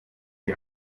die